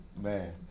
Man